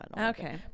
Okay